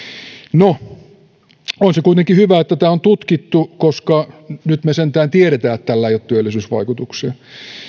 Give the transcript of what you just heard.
no on se kuitenkin hyvä että tämä on tutkittu koska nyt me sentään tiedämme että tällä ei ole työllisyysvaikutuksia